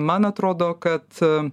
man atrodo kad